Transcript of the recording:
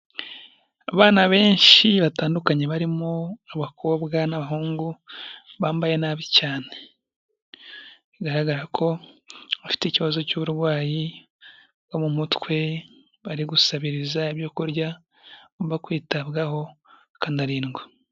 Abana benshi batandukanye barimo abakobwa n'abahungu bambaye nabi cyane, bigaragara ko bafite ikibazo cy'uburwayi bwo mu mutwe, bari gusabiriza ibyo kurya, bagomba kwitabwaho bakanarindwa.